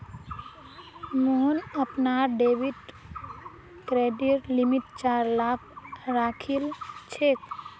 मोहन अपनार डेबिट कार्डेर लिमिट चार लाख राखिलछेक